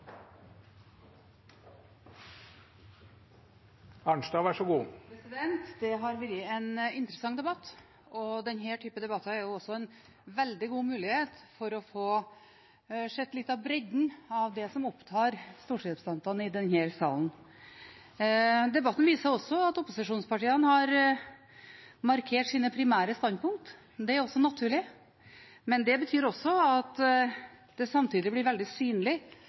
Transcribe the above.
også en veldig god mulighet til å få sett litt av bredden i det som opptar stortingsrepresentantene i denne salen. Debatten viser også at opposisjonspartiene har markert sine primære standpunkter. Det er også naturlig, men det betyr også at det samtidig blir veldig synlig